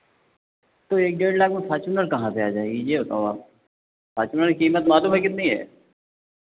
तो एक डेढ़ लाख में फ़ॉर्चुनर कहाँ से आ जाएगी ये बताओ आप फ़ॉर्चुनर की कीमत मालूम है कितनी है